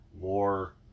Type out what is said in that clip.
more